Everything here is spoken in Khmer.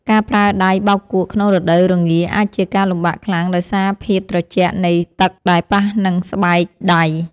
ការប្រើដៃបោកគក់ក្នុងរដូវរងាអាចជាការលំបាកខ្លាំងដោយសារភាពត្រជាក់នៃទឹកដែលប៉ះនឹងស្បែកដៃ។